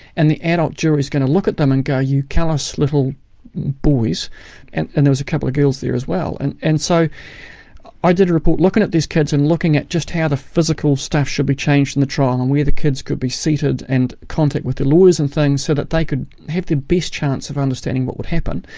and the adult jury is going to look at them and go, you callous little boys and there were a couple of girls there as well. and and so i did a report looking at these kids and looking at just how the physical stuff should be changed in the trial, and where the kids could be seated, and contact with the lawyers and things, so that they could have the best chance of understanding what would happen,